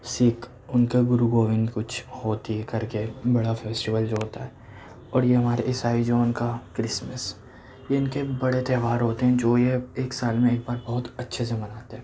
سکھ ان کے گرو گوبند کچھ ہوتی ہے کر کے بڑا فیسٹیول جو ہوتا ہے اور یہ ہمارے عیسائی جو ہیں ان کا کرسمس یہ ان کے بڑے تہوار ہوتے ہیں جو یہ ایک سال میں ایک بار بہت اچھے سے مناتے ہیں